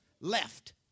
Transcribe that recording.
left